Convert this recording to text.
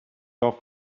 off